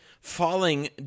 falling